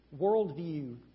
worldview